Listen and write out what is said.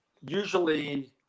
usually